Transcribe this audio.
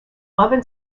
oven